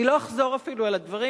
אני לא אחזור אפילו על הדברים,